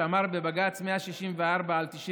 שאמר בבג"ץ 164/97